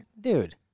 dude